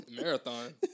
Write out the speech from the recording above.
Marathon